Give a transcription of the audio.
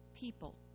people